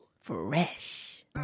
Fresh